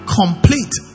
complete